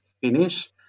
finish